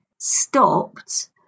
stopped